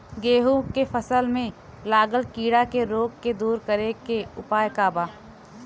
गेहूँ के फसल में लागल कीड़ा के रोग के दूर करे के उपाय का बा?